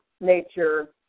nature